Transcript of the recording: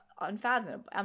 unfathomable